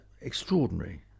extraordinary